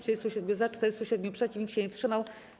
37 - za, 407 - przeciw, nikt się nie wstrzymał.